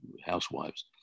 housewives